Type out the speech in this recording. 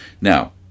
Now